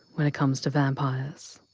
when it comes to vampires.